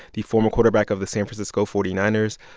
the former quarterback of the san francisco forty nine ers.